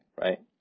Right